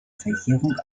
verjährung